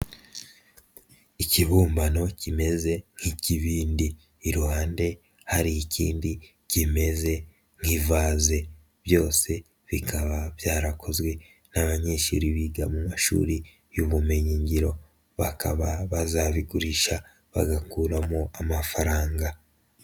Ikibumbano kimeze nk'ikibindi, iruhande hari ikindi kimeze nk'ivaze byose bikaba byarakozwe n'abanyeshuri biga mu mashuri y'ubumenyingiro bakaba bazabigurisha bagakuramo amafaranga.